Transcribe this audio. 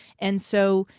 and so,